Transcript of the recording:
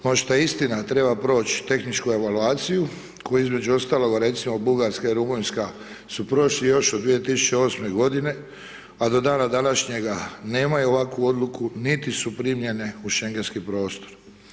Možda ta istina treba proć tehničku evaluaciju koju između ostaloga recimo Bugarska i Rumunjska su prošli još od 2008. godine, a do dana današnjega nemaju ovakvu odluku niti su niti su primljene u Šengenski prostor.